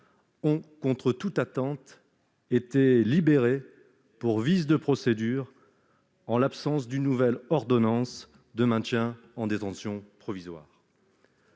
ont, contre toute attente, été libérés pour vice de procédure, en l'absence d'une nouvelle ordonnance de maintien en détention provisoire.